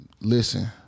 listen